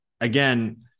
Again